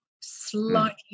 slightly